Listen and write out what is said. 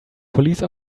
police